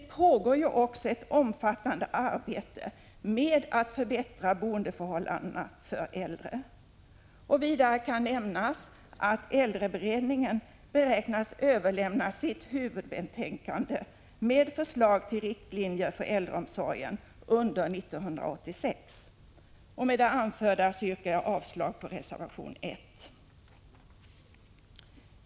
Det pågår också ett omfattande arbete med att förbättra boendeförhållandena för äldre. Vidare kan nämnas att äldreberedningen beräknas överlämna sitt huvudbetänkande med förslag till riktlinjer för äldreomsorgen under 1986. Med det anförda yrkar jag avslag på reservation 1.